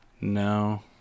No